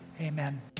amen